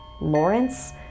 Lawrence